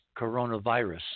coronavirus